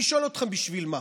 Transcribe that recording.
אני שואל אתכם: בשביל מה?